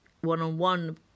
one-on-one